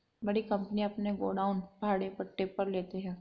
बड़ी कंपनियां अपने गोडाउन भाड़े पट्टे पर लेते हैं